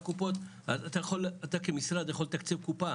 אתה כמשרד יכול לתקצב קופה